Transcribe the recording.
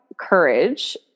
courage